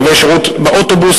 קווי שירות באוטובוס,